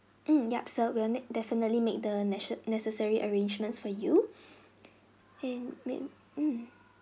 mm yup sir we will need definitely make the nation necessary arrangements for you and may mm